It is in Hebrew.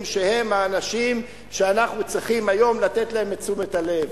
שהם האנשים שצריכים לתת להם היום את תשומת הלב.